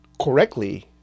correctly